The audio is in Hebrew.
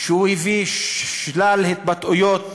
הוא הביא שלל התבטאויות